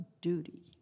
duty